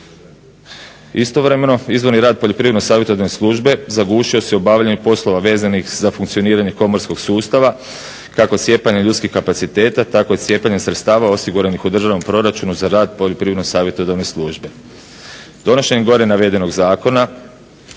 Istovremeno izvorni rad poljoprivredno-savjetodavne službe zagušio se u obavljanju poslova vezanih za funkcioniranje komorskog sustava kako cijepanja ljudskih kapaciteta, tako i cijepanja sredstava osiguranih u državnom proračunu za rad poljoprivredno-savjetodavne službe. Donošenjem gore navedenog zakona,